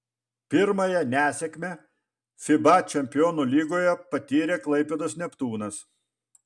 pirmąją nesėkmę fiba čempionų lygoje patyrė klaipėdos neptūnas